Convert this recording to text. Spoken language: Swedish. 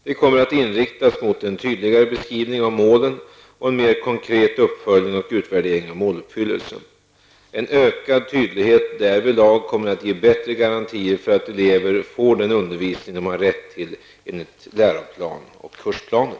Det kommer att inriktas mot en tydligare beskrivning av målen och en mer konkret uppföljning och utvärdering av måluppfyllelsen. En ökad tydlighet därvidlag kommer att ge bättre garantier för att elever får den undervisning de har rätt till enligt läroplan och kursplaner.